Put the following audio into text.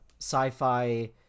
sci-fi